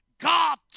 God